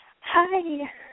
Hi